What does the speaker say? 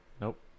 Nope